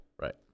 Right